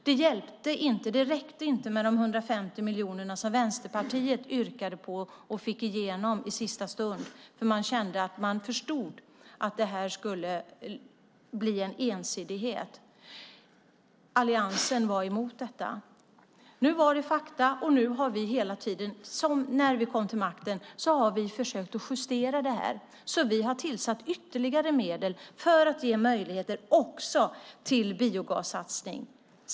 Det räckte inte med de 150 miljoner som Vänsterpartiet yrkade på och fick igenom i sista stund, för man förstod att det här skulle bli en ensidighet. Alliansen var emot detta. Nu var det fakta, och vi har hela tiden sedan vi fick makten försökt att justera detta. Vi har tillfört ytterligare medel för att ge möjligheter också till biogassatsning.